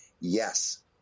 yes